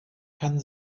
kann